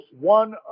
one